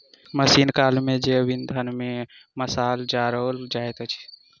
प्राचीन काल मे जैव इंधन सॅ मशाल जराओल जाइत छलै